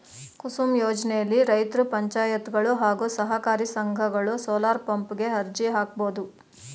ಕುಸುಮ್ ಯೋಜ್ನೆಲಿ ರೈತ್ರು ಪಂಚಾಯತ್ಗಳು ಹಾಗೂ ಸಹಕಾರಿ ಸಂಘಗಳು ಸೋಲಾರ್ಪಂಪ್ ಗೆ ಅರ್ಜಿ ಹಾಕ್ಬೋದು